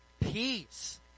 peace